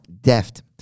deft